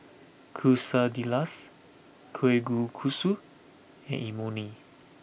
Quesadillas Kalguksu and Imoni